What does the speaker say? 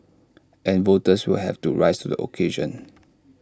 and voters will have to rise to the occasion